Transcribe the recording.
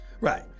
right